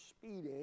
speeding